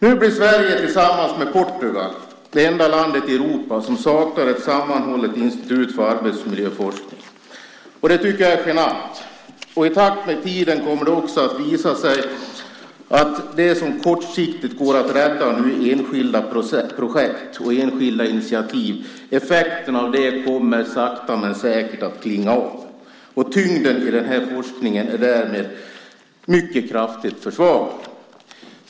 Nu blir Sverige tillsammans med Portugal det enda land i Europa som saknar ett sammanhållet institut för arbetsmiljöforskning. Det tycker jag är genant, och i takt med tiden kommer det också att visa sig att effekten av det som kortsiktigt går att rädda i enskilda projekt och enskilda initiativ sakta men säkert kommer att klinga av. Tyngden i den här forskningen är därmed mycket kraftigt försvagad.